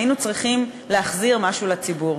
היינו צריכים להחזיר משהו לציבור,